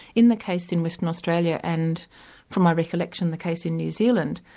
in the case in western australia, and from my recollection the case in new zealand,